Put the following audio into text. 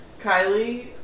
Kylie